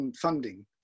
funding